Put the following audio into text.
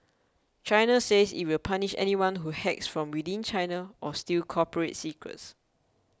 China says it will punish anyone who hacks from within China or steals corporate secrets